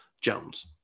Jones